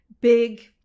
big